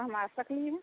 हम आ सकली हँ